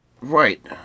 Right